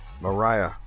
Mariah